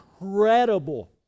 incredible